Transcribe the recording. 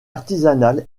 artisanale